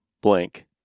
blank